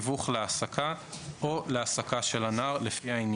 ההוספה של המילה "פרסום", מקובלת, חברי הכנסת?